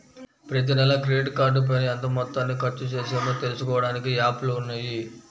ప్రతినెలా క్రెడిట్ కార్డుపైన ఎంత మొత్తాన్ని ఖర్చుచేశామో తెలుసుకోడానికి యాప్లు ఉన్నయ్యి